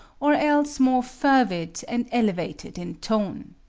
or else more fervid and elevated in tone.